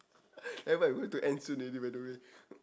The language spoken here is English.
eh but we going to end soon already by the way